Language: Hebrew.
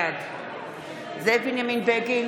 בעד זאב בנימין בגין,